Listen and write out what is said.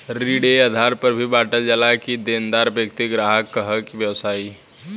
ऋण ए आधार पर भी बॉटल जाला कि देनदार व्यक्ति ग्राहक ह कि व्यवसायी